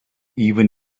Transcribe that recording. even